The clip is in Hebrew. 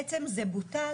בעצם זה בוטל.